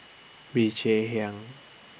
Bee Cheng Hiang